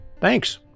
Thanks